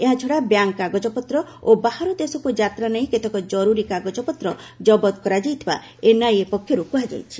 ଏହାଛଡ଼ା ବ୍ୟାଙ୍କ୍ କାଗଜପତ୍ର ଓ ବାହାର ଦେଶକୁ ଯାତ୍ରା ନେଇ କେତେକ କରୁରୀ କାଗଜପତ୍ର କବତ କରାଯାଇଥିବା ଏନ୍ଆଇଏ ପକ୍ଷରୁ କୁହାଯାଇଛି